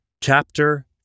Chapter